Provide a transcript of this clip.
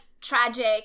tragic